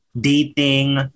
dating